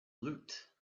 loot